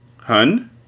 Hun